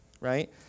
Right